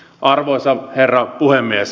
arvoisa herra puhemies